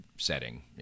setting